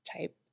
type